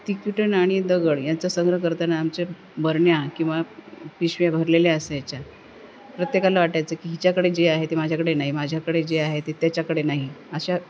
ticket नाणी दगड यांचा संग्रह करताना आमच्या बरण्या किंवा पिशव्या भरलेल्या असायच्या प्रत्येकाला वाटायचं की हिच्याकडे जे आहे ते माझ्याकडे नाही माझ्याकडे जे आहे ते त्याच्याकडे नाही अशा